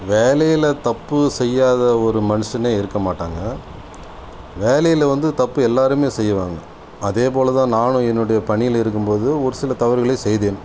வேலையில தப்பு செய்யாத ஒரு மனுஷனே இருக்க மாட்டாங்கள் வேலையில் வந்து தப்பு எல்லாருமே செய்வாங்கள் அதே போல தான் நானும் என்னோடைய பணியில் இருக்கும்போது ஒரு சில தவறுகளை செய்தேன்